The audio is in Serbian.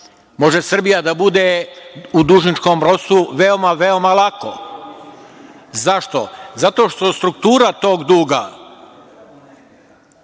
Može Srbija da bude u dužničkom ropstvu veoma, veoma lako. Zašto? Zato što struktura tog duga,